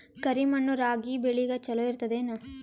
ಕರಿ ಮಣ್ಣು ರಾಗಿ ಬೇಳಿಗ ಚಲೋ ಇರ್ತದ ಏನು?